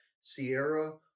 sierra